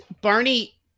Barney